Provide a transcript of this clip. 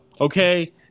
okay